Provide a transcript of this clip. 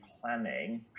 planning